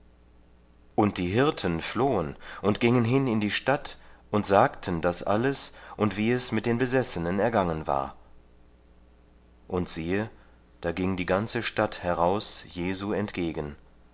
und die hirten flohen und gingen hin in die stadt und sagten das alles und wie es mit den besessenen ergangen war und siehe da ging die ganze stadt heraus jesu entgegen